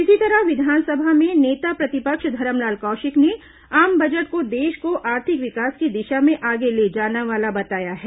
इसी तरह विधानसभा में नेता प्रतिपक्ष धरमलाल कौशिक ने आम बजट को देश को आर्थिक विकास की दिशा में आगे ले जाना वाला बताया है